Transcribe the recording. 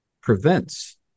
prevents